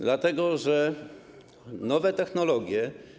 Dlatego że nowe technologie.